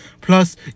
plus